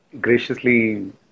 graciously